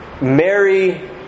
Mary